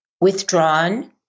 withdrawn